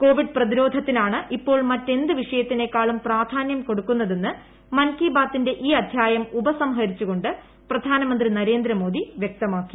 Covid പ്രതിരോധത്തിനാണ് ഇപ്പോൾ മറ്റ് എന്ത് വിഷയത്തിനേക്കാളും പ്രാധാന്യം കൊടുക്കുന്നതെന്ന് മൻ കി ബാതിന്റെ ഈ അദ്ധ്യായം ഉപസംഹരിച്ചുകൊണ്ട് പ്രധാനമന്ത്രി നരേന്ദ്രമോദി വ്യക്തമാക്കി